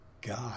God